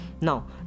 Now